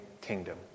kingdom